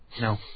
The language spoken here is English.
No